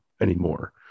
anymore